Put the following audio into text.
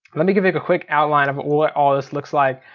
let me give you a quick outline of what all this looks like.